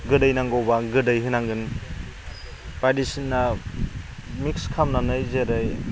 गोदै नांगौब्ला गोदै होनांगोन बायदिसिना मिक्स खालामनानै जेरै